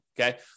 okay